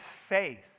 faith